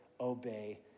obey